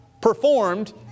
performed